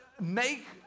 make